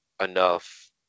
enough